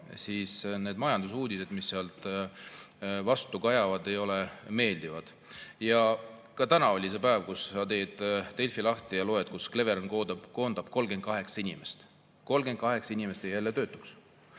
siis need majandusuudised, mis sealt vastu kajavad, ei ole meeldivad. Täna oli see päev, kus tegin Delfi lahti ja lugesin, et Cleveron koondab 38 inimest. 38 inimest jääb töötuks!